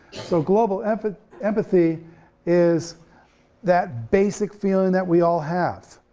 so global empathy empathy is that basic feeling that we all have.